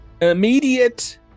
immediate